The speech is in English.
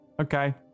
Okay